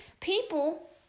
people